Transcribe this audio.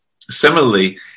Similarly